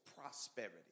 prosperity